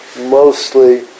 mostly